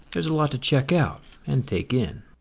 there's a lot to check out and take in.